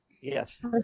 Yes